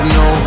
no